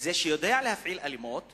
אולי מי שיודע להפעיל אלימות,